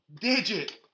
digit